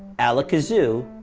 alla-kazoo,